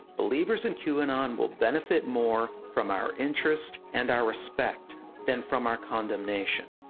believers in qanon will benefit more from our interest and our respect than from our condemnation.